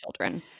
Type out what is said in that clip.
children